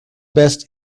best